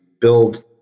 build